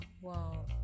Wow